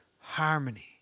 harmony